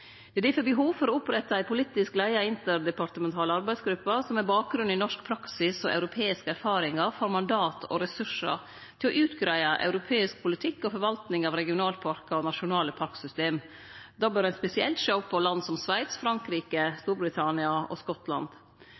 Det er difor behov for å opprette ei politisk leia interdepartemental arbeidsgruppe som med bakgrunn i norsk praksis og europeiske erfaringar får mandat og ressursar til å utgreie europeisk politikk og forvaltning av regionalparkar og nasjonale parksystem. Då bør ein spesielt sjå på land som Sveits, Frankrike, Storbritannia og Skottland.